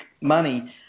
money